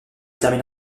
termine